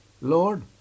Lord